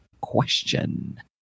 Question